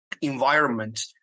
environment